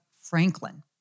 Franklin